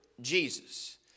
Jesus